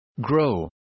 Grow